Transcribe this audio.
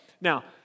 Now